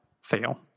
fail